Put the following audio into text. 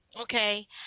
okay